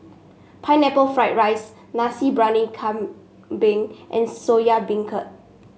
Pineapple Fried Rice Nasi Briyani Kambing and Soya Beancurd